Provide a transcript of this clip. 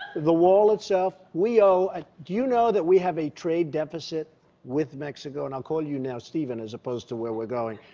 the wall itself, we owe ah do you know that we have a trade deficit with mexico, and i'll call you now stephen as opposed to where we're going.